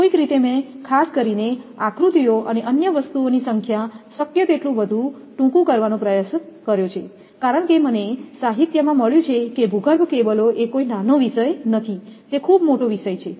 કોઈક રીતે મેં ખાસ કરીને આકૃતિઓ અને અન્ય વસ્તુની સંખ્યા શક્ય તેટલું વધુ ટૂંકું કરવાનો પ્રયાસ કર્યો છે કારણ કે મને સાહિત્યમાં મળ્યું છે કે ભૂગર્ભ કેબલો એ કોઈ નાનો વિષય નથી તે ખૂબ મોટો વિષય છે